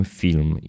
film